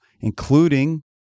including